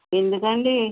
ఎందుకండీ